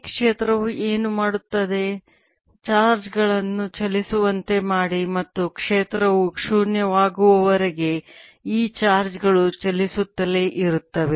ಈ ಕ್ಷೇತ್ರವು ಏನು ಮಾಡುತ್ತದೆ ಚಾರ್ಜ್ ಗಳನ್ನು ಚಲಿಸುವಂತೆ ಮಾಡಿ ಮತ್ತು ಕ್ಷೇತ್ರವು ಶೂನ್ಯವಾಗುವವರೆಗೆ ಈ ಚಾರ್ಜ್ ಗಳು ಚಲಿಸುತ್ತಲೇ ಇರುತ್ತವೆ